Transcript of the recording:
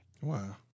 Wow